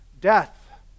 death